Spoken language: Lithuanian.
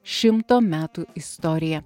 šimto metų istorija